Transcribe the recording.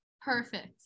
Perfect